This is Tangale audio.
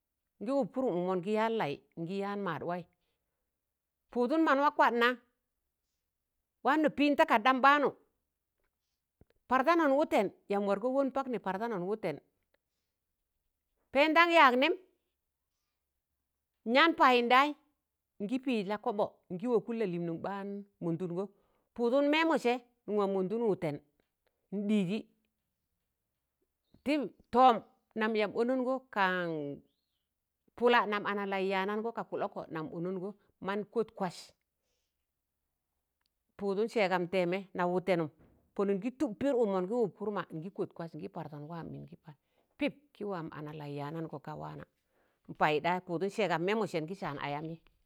ngi ụpụrụ ụkmọ ngi yaan lai ngi yaan maad wai pụụdụn man wa kwadna waanọ piin takardam ɓaanụ pardanọn wụtẹn yam wargọ wọn pakni pardanọn wụtẹn pẹẹndan yaag nẹm nyaan payinɗayi ngi piiz la kọbọ ngi wọkụn Laliimịn ɓ̣aan mọntụngọ pụụdụn mẹmọsẹ nwa mọndụn wụtẹn nɗiiji tim tọọm nam yam ọnọngọ kaan pụla nam analai yanangọ ka kụlọkọ nam ọnọngọ mọn kọt kwas pụụdụn sẹẹgam tẹẹmẹ na wụtẹnụm pọn ngi tụb pid ụkmọ ngi ụp pụrma ngi kọt kwas ngi partọn waam mingi paai pip ki waam analai yaadangọ ka waana npaiɗayi pụụdụn sẹẹgam miimọsẹ ngi saan ayami.